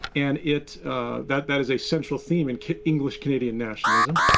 and it that that is a central theme in english canadian nationalism.